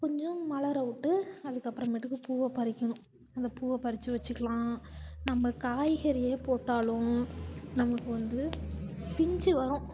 கொஞ்சம் மலர விட்டு அதுக்குப்புறமேட்டுக்கு பூவை பறிக்கணும் அந்த பூவை பறித்து வச்சுக்கலாம் நம்ம காய்கறியே போட்டாலும் நமக்கு வந்து பிஞ்சு வரும்